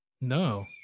no